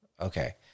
Okay